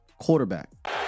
quarterback